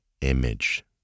image